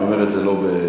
אני אומר את זה לא בצחוק.